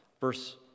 verse